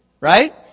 right